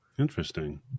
interesting